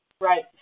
Right